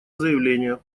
заявление